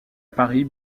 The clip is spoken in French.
paris